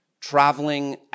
traveling